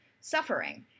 suffering